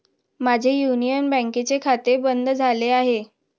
माझे युनियन बँकेचे खाते बंद झाले आहे